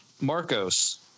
Marcos